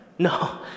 No